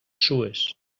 sues